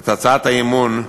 את הצעת האי-אמון,